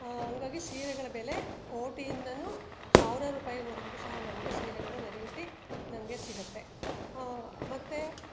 ಹಂಗಾಗಿ ಸೀರೆಗಳ ಬೆಲೆ ಕೋಟಿಯಿಂದಲೂ ಸಾವಿರ ರೂಪಾಯ್ವರ್ಗೂ ಸಹ ನಮಗೆ ಸೀರೆಗಳು ವೆರೈಟಿ ನಮಗೆ ಸಿಗುತ್ತೆ ಮತ್ತು